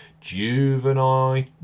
Juvenile